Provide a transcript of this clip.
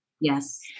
Yes